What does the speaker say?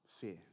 Fear